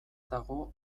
dago